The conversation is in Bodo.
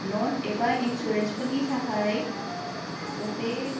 लन एबा इन्सुरेन्स फोरनि थाखाय अबे